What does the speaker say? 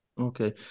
Okay